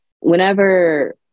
Whenever